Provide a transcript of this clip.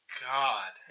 god